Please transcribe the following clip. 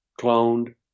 cloned